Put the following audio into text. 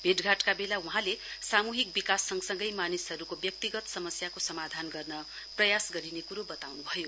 भेटघाटका बेला वहाँले सामूहिक विकास संगसँगै मानिसहरूको व्यक्तिगत समस्याको समाधान गर्न प्रयास गरिने कुरो बताउनु भयो